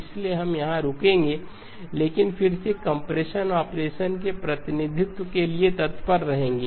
इसलिए हम यहां रुकेंगे लेकिन फिर से कम्प्रेशन ऑपरेशन के प्रतिनिधित्व के लिए तत्पर रहेंगे